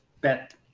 bet